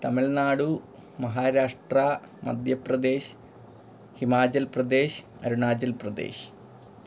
Tamil Nadu Maharashtra Madhya Pradesh Himachal Pradesh Arunachal Pradesh